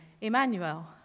Emmanuel